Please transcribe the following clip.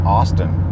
Austin